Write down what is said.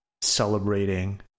celebrating